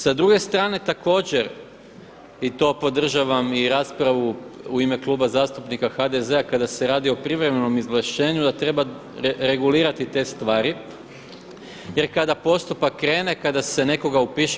Sa druge strane također i to podržavam i raspravu i ime Kluba zastupnika HDZ-a kada se radi o privremenom izvlašćenju da treba regulirati te stvari jer kada postupak krene, kada se nekoga upiše.